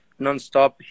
nonstop